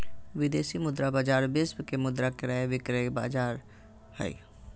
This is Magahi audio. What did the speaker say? विदेशी मुद्रा बाजार विश्व के मुद्रा के क्रय विक्रय के बाजार हय